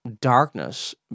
darkness